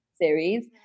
series